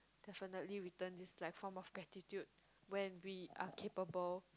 definitely return is like form of gratitude when we are capable